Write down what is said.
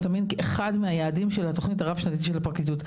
המין כאחד מהיעדים של התוכנית הרב-שנתית של הפרקליטות.